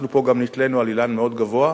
אנחנו פה גם נתלינו באילן מאוד גבוה,